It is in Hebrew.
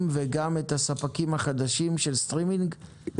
וגם את הספקים החדשים של סטרימינג,